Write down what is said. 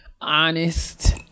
honest